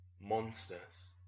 monsters